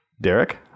Derek